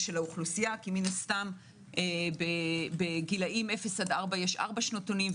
האוכלוסייה כי מן הסתם בגילאים 0 עד 4 יש ארבעה שנתונים,